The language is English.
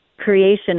creation